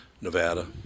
Nevada